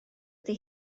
ydy